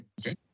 Okay